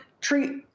treat